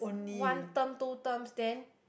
one term two terms then